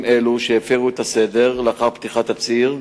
אלה שהפירו את הסדר לאחר פתיחת הציר.